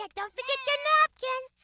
like don't forget your napkin.